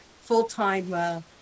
full-time